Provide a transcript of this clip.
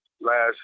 last